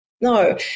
no